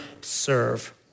serve